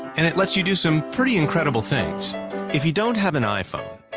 and it lets you do some pretty incredible things if you don't have an iphone,